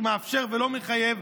מאפשר ולא מחייב,